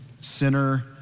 sinner